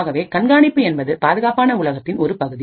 ஆகவே கண்காணிப்பு என்பது பாதுகாப்பான உலகத்தின் ஒரு பகுதி